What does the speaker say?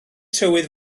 tywydd